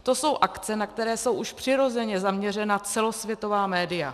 To jsou akce, na které jsou už přirozeně zaměřena celosvětová média.